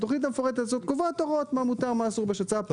התוכנית המפורטת הזאת קובעת הוראות של מה מותר ומה אסור בשצ"פ.